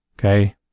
Okay